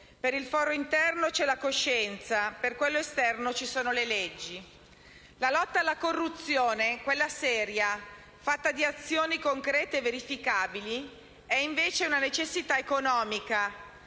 Per il foro interno c'è la coscienza; per quello esterno ci sono le leggi. La lotta alla corruzione, quella seria, fatta di azioni concrete e verificabili, è invece una necessità economica,